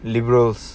liberals